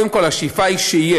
קודם כול השאיפה היא שיהיה,